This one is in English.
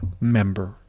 member